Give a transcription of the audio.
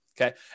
okay